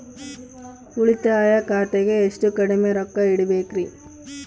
ಉಳಿತಾಯ ಖಾತೆಗೆ ಎಷ್ಟು ಕಡಿಮೆ ರೊಕ್ಕ ಇಡಬೇಕರಿ?